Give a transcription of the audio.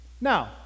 Now